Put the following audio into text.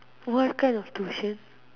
what kind of tuition